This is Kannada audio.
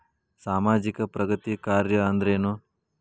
ಸಾಮಾಜಿಕ ಪ್ರಗತಿ ಕಾರ್ಯಾ ಅಂದ್ರೇನು?